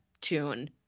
tune